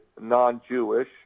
non-Jewish